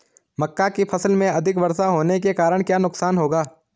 मक्का की फसल में अधिक वर्षा होने के कारण क्या नुकसान होगा?